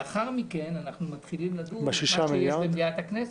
לאחר מכן אנחנו מתחילים לדון במה שיש במליאת הכנסת,